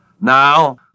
now